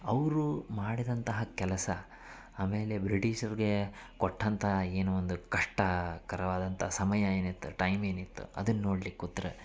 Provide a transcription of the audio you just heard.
ಅವ್ರು ಮಾಡಿದಂತಹ ಕೆಲಸ ಆಮೇಲೆ ಬ್ರಿಟೀಷರಿಗೆ ಕೊಟ್ಟಂತಹ ಏನು ಒಂದು ಕಷ್ಟಕರವಾದಂಥ ಸಮಯ ಏನಿತ್ತು ಟೈಮ್ ಏನಿತ್ತು ಅದನ್ನು ನೋಡ್ಲಿಕ್ಕೆ ಕೂತ್ರೆ